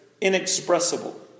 inexpressible